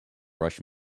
rush